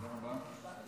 תודה רבה.